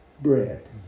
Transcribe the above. bread